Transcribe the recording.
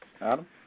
Adam